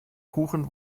kuchen